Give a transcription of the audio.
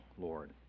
Lord